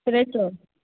সেটাই তো